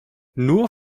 nur